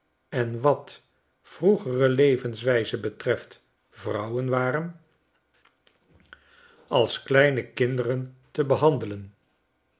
en wat vroegere levenswijze betreft vrouwen waren als kleine kinderen te behandelen